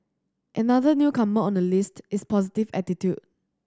another newcomer on the list is positive attitude